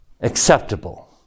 acceptable